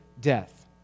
death